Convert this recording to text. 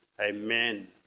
Amen